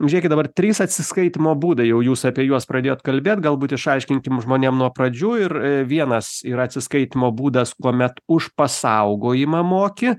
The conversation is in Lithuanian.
žiūrėkit dabar trys atsiskaitymo būdai jau jūs apie juos pradėjot kalbėt galbūt išaiškinkim žmonėm nuo pradžių ir vienas yra atsiskaitymo būdas kuomet už pasaugojimą moki